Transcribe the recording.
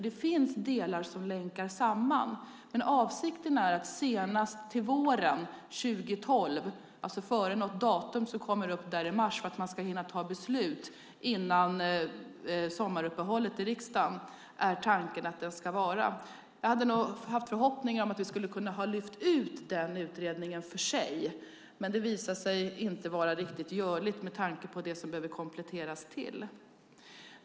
Det finns delar som länkar samman, men avsikten är att utredningen ska läggas fram senast till våren 2012, före ett datum i mars för att hinna fatta beslut innan sommaruppehållet i riksdagen. Jag hade förhoppningar om att lyfta ut utredningen för sig, men det visade sig inte vara riktigt görligt med tanke på vad som behöver kompletteras.